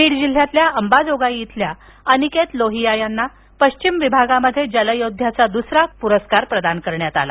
बीड जिल्ह्यातील अंबाजोगाई इथल्या अनिकेत लोहिया यांना पश्चिम विभागात जलयोध्दयाचा दुसऱ्या क्रमांकाचा पुरस्कार प्रदान करण्यात आला